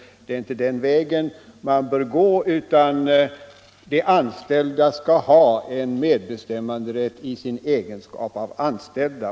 Det är inte den vägen man skall gå, utan de anställda skall ha en medbestämmanderätt i sin egenskap av anställda.